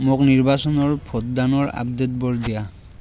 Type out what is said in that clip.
মোক নিৰ্বাচনৰ ভোটদানৰ আপডেটবোৰ দিয়া